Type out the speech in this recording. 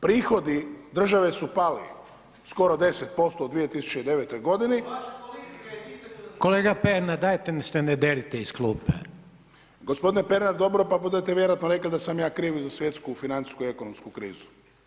Prihodi države su pali skoro 10% u 2009. g. …… [[Upadica sa strane, ne razumije se.]] [[Upadica Reiner: Kolega Pernar, dajte se ne derite iz klupe.]] Gospodine Pernar, dobro, pa budete vjerojatno rekli da sam ja kriv i za svjetsku financijsku i ekonomsku krizu.